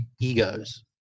egos